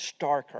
starker